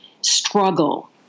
struggle